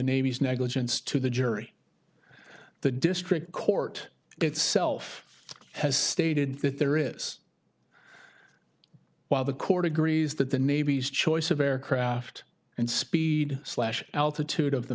navy's negligence to the jury the district court itself has stated that there is while the court agrees that the navy's choice of aircraft and speed slash altitude of the